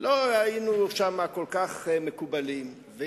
ולא היינו כל כך מקובלים שם.